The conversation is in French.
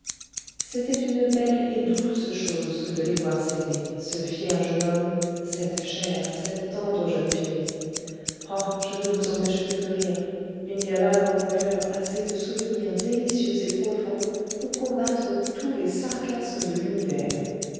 c'était une belle et douce chose que de les voir s'aimer ce fier jeune homme cette chère cette tendre jeune fille oh je ne vous empêche plus de rire il y a là dans mon coeur assez de souvenirs délicieux et profonds pour combattre tous les sarcasmes de l'univers